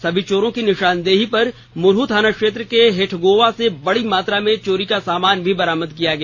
सभी चोरों की निशानदेही पर मुरहु थाना क्षेत्र के हेठगोवा से बड़ी मात्रा में चोरी का सामान भी बरामद किया गया